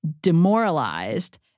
demoralized